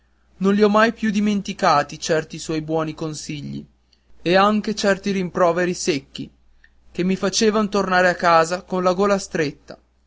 non li ho mai più dimenticati certi suoi buoni consigli e anche certi rimproveri secchi che mi facevan tornare a casa con la gola stretta